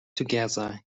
together